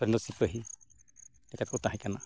ᱥᱚᱨᱮᱱ ᱫᱚ ᱥᱤᱯᱟᱹᱦᱤ ᱞᱮᱠᱟ ᱠᱚ ᱛᱟᱦᱮᱸ ᱠᱟᱱᱟ